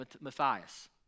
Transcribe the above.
Matthias